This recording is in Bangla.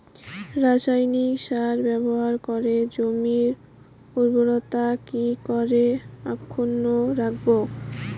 রাসায়নিক সার ব্যবহার করে জমির উর্বরতা কি করে অক্ষুণ্ন রাখবো